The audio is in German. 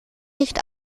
nicht